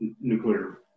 nuclear